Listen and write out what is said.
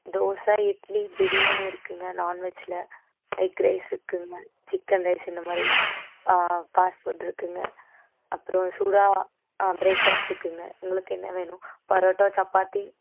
தோசை இட்லி பிரியாணி இருக்குதுங்க நான்வெஜ்ஜில் egg rice இருக்குதுங்க சிக்கன் ரைஸ் இந்த மாதிரி ஆ ஃபாஸ்ட் ஃபுட் இருக்குதுங்க அப்புறம் சூடாக பிரேக் ஃபாஸ்ட் இருக்குதுங்க உங்களுக்கு என்ன வேணும் பரோட்டா சப்பாத்தி